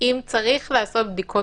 אם צריך לעשות בדיקות